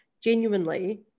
genuinely